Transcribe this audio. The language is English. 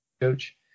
coach